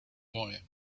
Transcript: boy